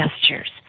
gestures